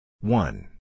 One